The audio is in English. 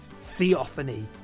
theophany